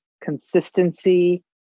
consistency